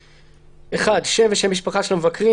(1) שם ושם משפחה של המבקרים,